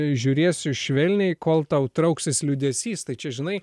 žiūrėsiu švelniai kol tau trauksis liūdesys tai čia žinai